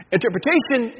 Interpretation